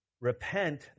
Repent